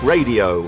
Radio